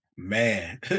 Man